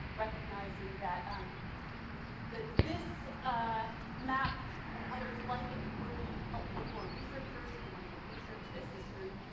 recognizing that um that this ah map and others like it would be helpful for researchers who want to research this history.